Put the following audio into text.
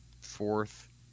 fourth